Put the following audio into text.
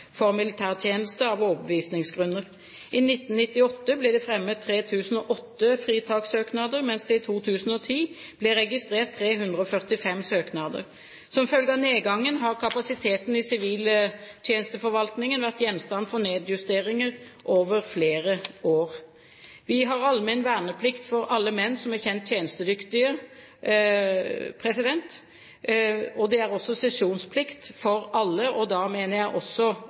for militærtjeneste av overbevisningsgrunner. I 1998 ble det fremmet 3 008 fritakssøknader, mens det i 2010 ble registrert 345 søknader. Som følge av nedgangen har kapasiteten i siviltjenesteforvaltningen vært gjenstand for nedjusteringer over flere år. Vi har allmenn verneplikt for alle menn som er kjent tjenestedyktige. Det er også sesjonsplikt for alle – og da mener jeg også